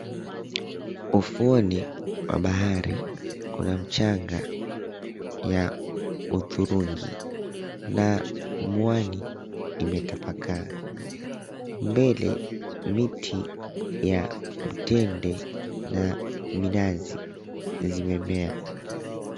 Ufuoni mwa bahari kuna mchanga ya hudhurungi na mwani imetapakaa. Mbele miti ya mitende na minazi zimemea.